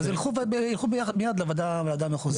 אז ילכו מיד לוועדה מחוזית.